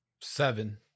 Seven